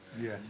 yes